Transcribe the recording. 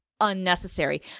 unnecessary